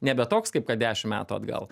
nebe toks kaip kad dešimt metų atgal